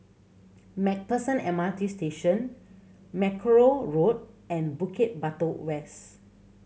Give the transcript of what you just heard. Macpherson M R T Station Mackerrow Road and Bukit Batok West